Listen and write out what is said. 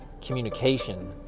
communication